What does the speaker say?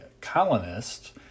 colonists